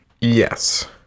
yes